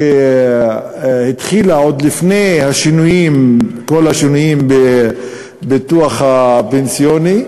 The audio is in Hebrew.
שהתחילה עוד לפני כל השינויים בביטוח הפנסיוני.